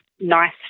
nice